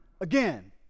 again